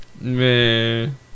Man